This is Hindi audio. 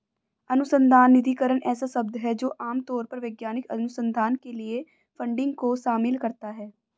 अनुसंधान निधिकरण ऐसा शब्द है जो आम तौर पर वैज्ञानिक अनुसंधान के लिए फंडिंग को शामिल करता है